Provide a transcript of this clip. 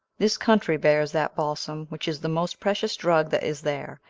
this country bears that balsam, which is the most precious drug that is there,